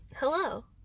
hello